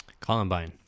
Columbine